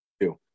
two